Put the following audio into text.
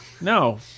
No